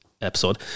episode